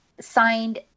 signed